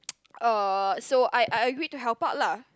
uh so I I agreed to help out lah